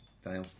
Fail